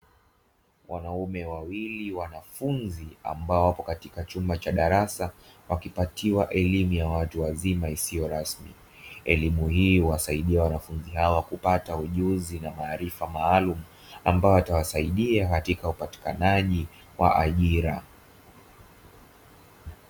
Wanaume wawili wanafunzi ambao wapo katika chumba cha darasa wakipatiwa elimu ya watu wazima isiyo rasmi, elimu hii huwasaidia wanafunzi hawa kupata ujuzi na maarifa maalumu, ambayo yatawasaidia katika upatikanaji wa ajira.